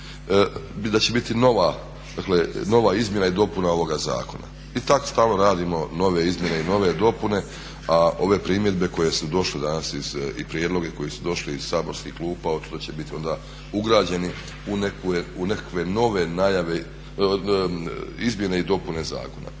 dakle nova izmjena i dopuna ovoga zakona. I tako stalno radimo nove izmjene i nove dopune, a ove primjedbe koje su došle danas iz i prijedlozi koji su došli iz saborskih klupa to će biti onda ugrađeni u nekakve nove najave, izmjene i dopune zakona.